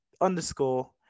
underscore